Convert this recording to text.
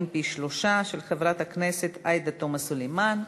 של חברת הכנסת עאידה תומא סלימאן.